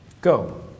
Go